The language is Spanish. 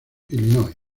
illinois